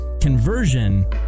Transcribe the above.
Conversion